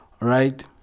right